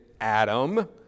Adam